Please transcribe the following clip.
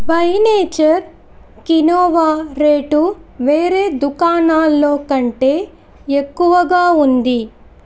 by nature quinoa rate వేరే దుకాణాల్లో కంటే ఎక్కువగా ఉంది